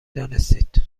دانستید